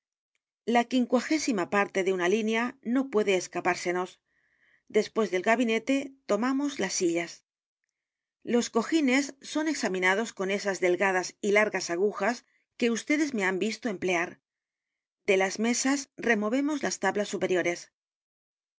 la quincuagésima parte de una línea no puede escapársenos después del gabinete tomamos las sillas los cojines son examinados con esas delgadas y largas agujas que vds me han visto emplear de las mesas removemos las tablas superiores